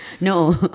No